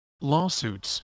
lawsuits